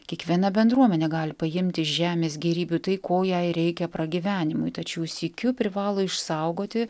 kiekviena bendruomenė gali paimti iš žemės gėrybių tai ko jai reikia pragyvenimui tačiau sykiu privalo išsaugoti